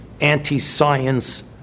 anti-science